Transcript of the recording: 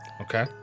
Okay